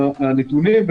הנתונים.